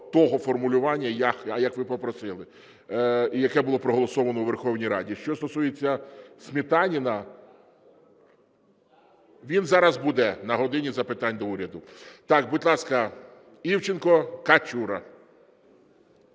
попросили і яке було проголосоване у Верховній Раді. Що стосується Сметаніна, він зараз буде на "годині запитань до Уряду". Будь ласка, Івченко, Качура.